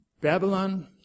Babylon